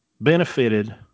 benefited